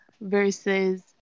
versus